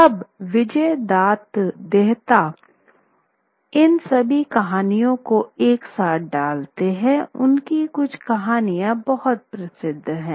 अब विजयदान देहता इन सभी कहानियों को एक साथ डालते हैं उनकी कुछ कहानियाँ बहुत प्रसिद्ध हैं